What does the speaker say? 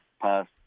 past